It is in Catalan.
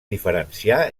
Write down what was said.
diferenciar